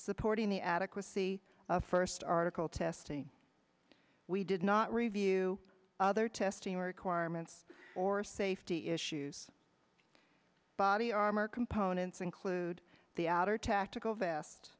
supporting the adequacy of first article testing we did not review other testing requirements or safety issues body armor components include the outer tactical vest